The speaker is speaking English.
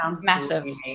massive